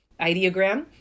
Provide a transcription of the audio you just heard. ideogram